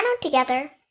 together